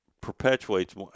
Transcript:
perpetuates